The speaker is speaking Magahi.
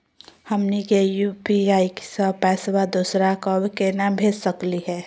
हमनी के यू.पी.आई स पैसवा दोसरा क केना भेज सकली हे?